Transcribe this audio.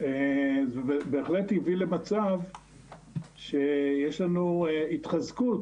בהחלט הביא למצב שיש לנו התחזקות,